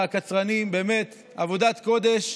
הקצרנים, באמת עבודת קודש.